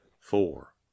four